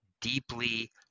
deeply